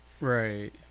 Right